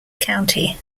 county